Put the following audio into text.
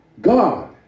God